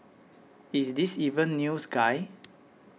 is this even news guy